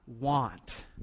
want